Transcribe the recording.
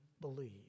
believe